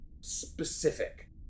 specific